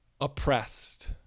oppressed